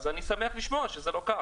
אז אני שמח לשמוע שזה לא כך,